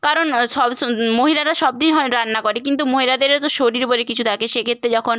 কারণ সব মহিলারা সব দিন হয় রান্না করে কিন্তু মহিলাদেরও তো শরীর বলে কিছু থাকে সেক্ষেত্রে যখন